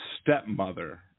stepmother